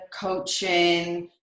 coaching